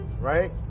right